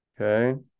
Okay